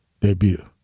debut